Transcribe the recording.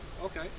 Okay